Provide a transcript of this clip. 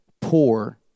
poor